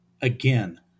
again